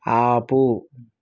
ఆపు